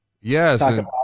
yes